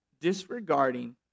Disregarding